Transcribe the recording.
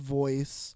voice